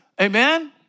Amen